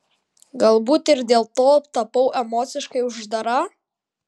galbūt ir dėl to tapau emociškai uždara